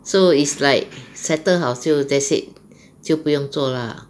so is like settle 好就 that's it 就不用做 lah